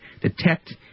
detect